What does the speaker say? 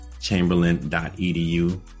chamberlain.edu